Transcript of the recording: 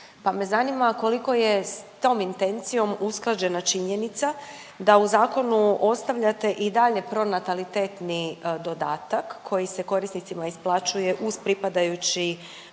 Pa me zanima koliko je s tom intencijom usklađena činjenica da u zakonu ostavljate i dalje pronatalitetni dodatak koji se korisnicima isplaćuje uz pripadajući